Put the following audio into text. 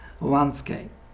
landscape